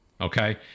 Okay